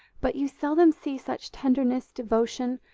but you seldom see such tenderness, devotion,